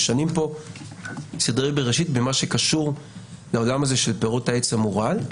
משנים פה סדרי בראשית במה שקשור לעולם של פירות העץ המורעל,